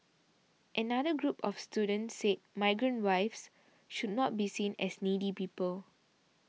another group of students said migrant wives should not be seen as needy people